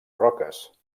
roques